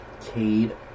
Cade